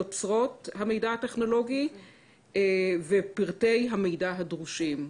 תוצרי המידע הטכנולוגי ופרטי המידע הדרושים.